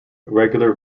regular